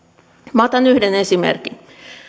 minä otan yhden esimerkin